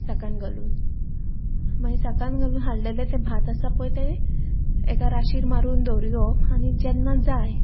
साकान घालून मागीर साकान घालून हाडलेलें तें भात आसा पळय तें एका राशीर मारून दवरिवप आनी जेन्ना जाय